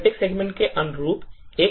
प्रत्येक सेगमेंट के अनुरूप एक हेडर होगा